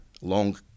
Long